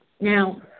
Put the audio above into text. Now